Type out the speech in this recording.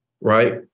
Right